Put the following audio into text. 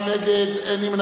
39 בעד, שבעה נגד, אין נמנעים.